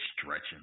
stretching